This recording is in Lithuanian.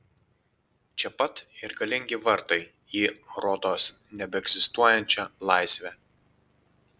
čia pat ir galingi vartai į rodos nebeegzistuojančią laisvę